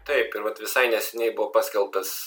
taip ir vat visai neseniai buvo paskelbtas